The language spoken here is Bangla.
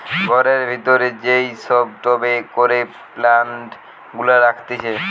ঘরের ভিতরে যেই সব টবে করে প্লান্ট গুলা রাখতিছে